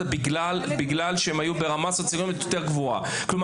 בגלל שהם היו באשכול סוציו אקונומי יותר גבוה.